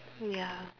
ya